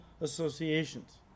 associations